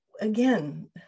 again